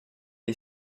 est